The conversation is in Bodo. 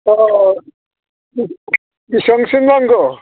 अ बेसेबांसो नांगौ